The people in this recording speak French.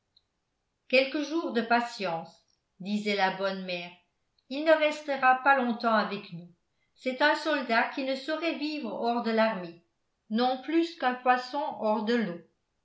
quelques jours de patience disait la bonne mère il ne restera pas longtemps avec nous c'est un soldat qui ne saurait vivre hors de l'armée non plus qu'un poisson hors de l'eau